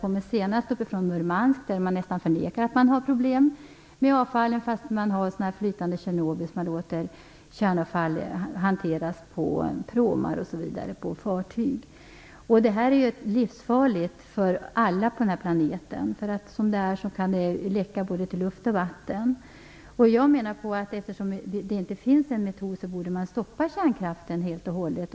Nu senast var jag i Murmansk där man nästan förnekar att man har problem medan man har så att säga små flytande Tjernobyl. Man låter kärnavfallet hanteras på pråmar och fartyg osv. Detta är ju livsfarligt för alla på den här planeten. Som situationen är kan avfallet läcka till både luft och vatten. Eftersom det inte finns någon metod borde man stoppa kärnkraften helt och hållet.